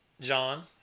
John